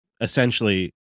essentially